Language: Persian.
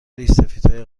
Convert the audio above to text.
ریشسفیدهای